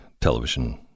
television